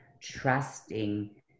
trusting